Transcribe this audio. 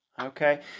Okay